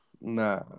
Nah